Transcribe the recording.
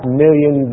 million